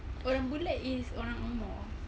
orang bule is orang ang moh